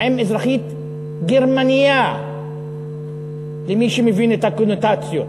עם אזרחית גרמניה למי שמבין את הקונוטציות,